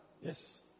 Yes